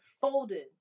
folded